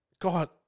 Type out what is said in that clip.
God